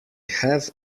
have